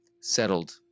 Settled